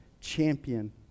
champion